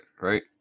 Right